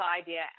idea